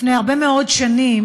לפני הרבה מאוד שנים,